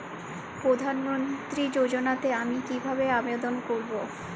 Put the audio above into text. প্রধান মন্ত্রী যোজনাতে আমি কিভাবে আবেদন করবো?